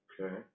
Okay